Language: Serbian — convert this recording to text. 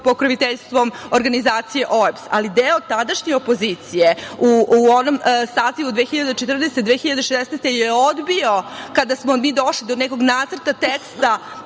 pokroviteljstvom organizacije OEBS-a, ali deo tadašnje opozicije u onom sazivu 2014. – 2016. godine je odbio kada smo mi došli do nekog nacrta teksta